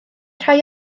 rhai